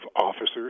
officers